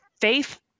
faith